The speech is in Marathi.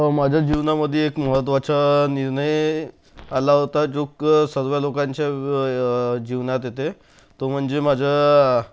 माझ्या जीवनामध्ये एक महत्त्वाचा निर्णय आला होता जो क सर्व लोकांच्या जीवनात येते तो म्हणजे माझा